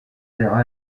vers